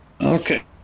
Okay